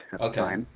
Okay